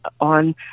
on